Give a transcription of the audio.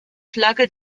flagge